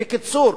בקיצור,